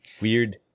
Weird